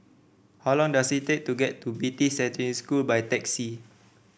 how long does it take to get to Beatty Secondary School by taxi